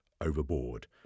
overboard